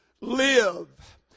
live